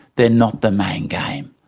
they're not the main game.